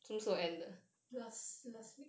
last last week